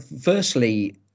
Firstly